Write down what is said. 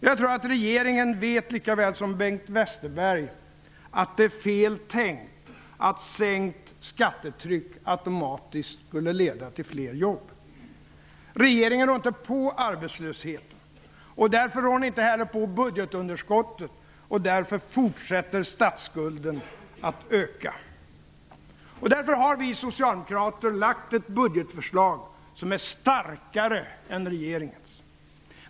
Jag tror att regeringen vet, lika väl som Bengt Westerberg, att det är ''fel tänkt'' att ''sänkt skattetryck automatiskt skulle leda till fler jobb.'' Regeringen rår inte på arbetslösheten. Därför rår den inte heller på budgetunderskottet. Och därför fortsätter statsskulden att öka. Vi socialdemokrater har därför lagt fram ett budgetförslag som är starkare än regeringens.